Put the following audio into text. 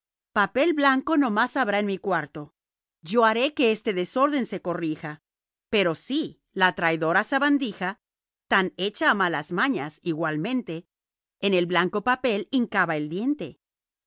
papel blanco no más habrá en mi cuarto yo haré que este desorden se corrija pero sí la traidora sabandija tan hecha a malas mañas igualmente en el blanco papel hincaba el diente